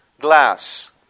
glass